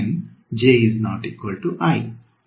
N 1 ಪದಗಳ ಉತ್ಪನ್ನವಿದೆ